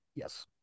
Yes